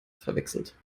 verwechselt